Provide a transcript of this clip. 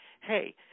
hey –